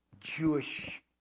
Jewish